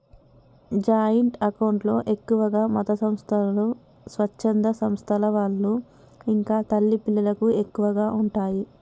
joint account లో ఎక్కువగా మతసంస్థలు, స్వచ్ఛంద సంస్థల వాళ్ళు ఇంకా తల్లి పిల్లలకు ఎక్కువగా ఉంటయ్